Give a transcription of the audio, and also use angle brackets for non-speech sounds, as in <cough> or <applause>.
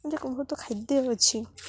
<unintelligible> ଖାଦ୍ୟ ଅଛି